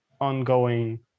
ongoing